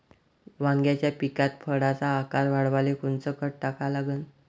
वांग्याच्या पिकात फळाचा आकार वाढवाले कोनचं खत टाका लागन?